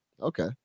okay